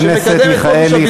שמקדם את חופש הביטוי,